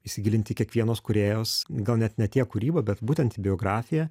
įsigilint į kiekvienos kūrėjos gal net ne tiek kūrybą bet būtent į biografiją